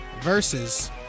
versus